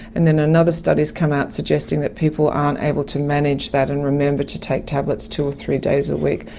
and then another study has come out suggesting that people aren't able to manage that and remember to take tablets two or three days a week.